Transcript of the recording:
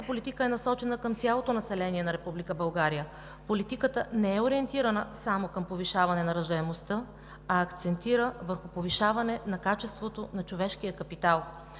политика е насочена към цялото население на Република България. Политиката не е ориентирана само към повишаване на раждаемостта, а акцентира върху повишаване на качеството на човешкия капитал.